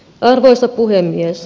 arvoisa puhemies